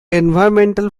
environmental